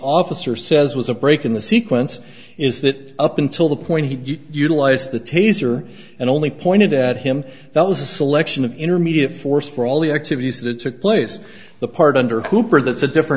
officer says was a break in the sequence is that up until the point he utilized the taser and only pointed at him that was a selection of intermediate force for all the activities that took place the part under cooper that's a different